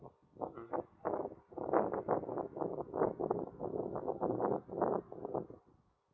mm